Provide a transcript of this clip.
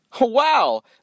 Wow